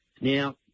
Now